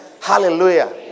Hallelujah